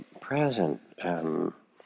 present